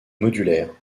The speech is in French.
modulaire